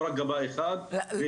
לא רק גבה אחת ולשאול,